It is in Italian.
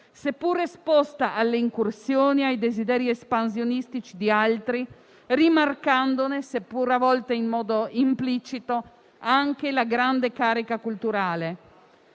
benché esposta alle incursioni e ai desideri espansionistici di altri, rimarcandone, seppur a volte in modo implicito, anche la grande carica culturale.